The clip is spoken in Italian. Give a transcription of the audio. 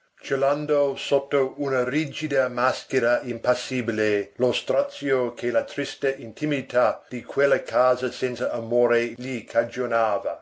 celando sotto una rigida maschera impassibile lo strazio che la triste intimità di quella casa senza amore gli cagionava